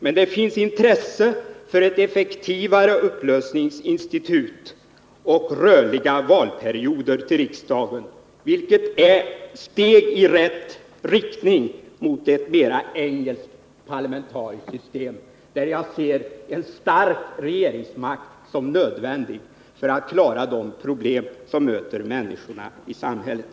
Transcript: Men det finns intresse för ett effektivare upplösningsinstitut och rörliga valperioder till riksdagen, vilket är steg i rätt riktning mot ett mera engelskt parlamentariskt system, där jag ser en stark regeringsmakt som nödvändig för att klara de problem som möter människorna i samhället.